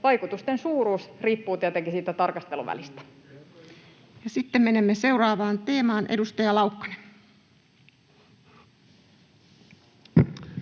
vaikutusten suuruus riippuu tietenkin siitä tarkasteluvälistä. Sitten menemme seuraavaan teemaan. — Edustaja Laukkanen.